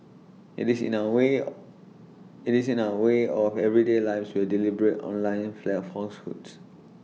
IT is in our way IT is in our way of everyday lives where deliberate online fly A falsehoods